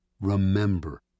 Remember